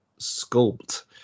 sculpt